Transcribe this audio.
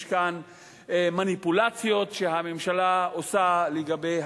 יש כאן מניפולציות שהממשלה עושה לגבי